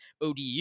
ODU